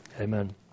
Amen